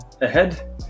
ahead